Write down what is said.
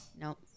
Nope